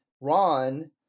Ron